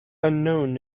unknown